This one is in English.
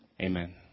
Amen